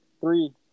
three